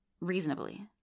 reasonably